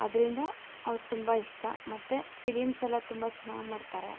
ಅದರಿಂದ ಅವ್ರು ತುಂಬ ಇಷ್ಟ ಮತ್ತು ಫಿಲಿಮ್ಸೆಲ್ಲ ತುಂಬ ಚೆನ್ನಾಗಿ ಮಾಡ್ತಾರೆ